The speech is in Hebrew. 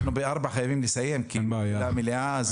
אנחנו בשעה 16:00 חייבים לסיים כי מתחילה המליאה אז ממש בקצרה.